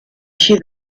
així